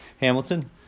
Hamilton